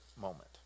moment